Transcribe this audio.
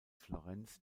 florenz